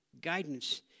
guidance